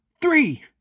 three